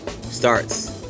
Starts